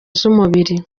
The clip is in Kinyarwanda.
z’umubiri